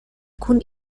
kun